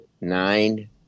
nine